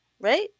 right